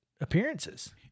appearances